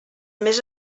més